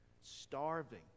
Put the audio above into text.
starving